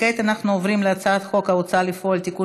כעת אנחנו עוברים להצעת חוק ההוצאה לפועל (תיקון